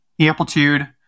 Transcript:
Amplitude